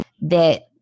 that-